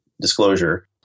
disclosure